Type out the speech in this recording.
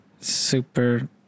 super